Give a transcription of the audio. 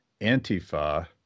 Antifa